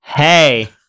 Hey